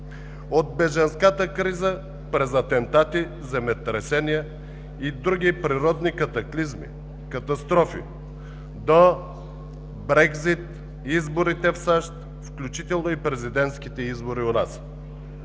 от бежанската криза през атентати, земетресения и други природни катаклизми, катастрофи до Брекзит, изборите в САЩ, включително и президентските избори у нас.